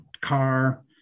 car